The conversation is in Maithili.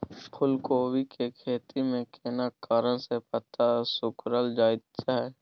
फूलकोबी के खेती में केना कारण से पत्ता सिकुरल जाईत छै?